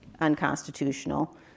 unconstitutional